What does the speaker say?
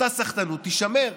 אותה סחטנות תישמר.